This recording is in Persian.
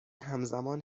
همزمان